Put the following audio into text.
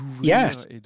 Yes